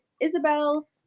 Isabel